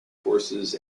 courses